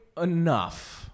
Enough